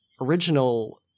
original